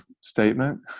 statement